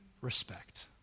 respect